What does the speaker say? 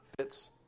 fits